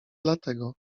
dlatego